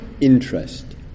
interest